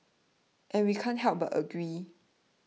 and we can't help but agree